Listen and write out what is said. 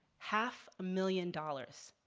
half a million dollars.